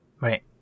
Right